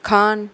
Khan